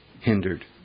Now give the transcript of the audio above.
hindered